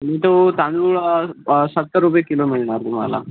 तुम्ही तो तांदूळ सत्तर रुपये किलो मिळणार तुम्हाला